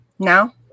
Now